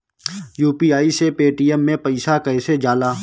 UPI से Paytm मे पैसा कइसे जाला?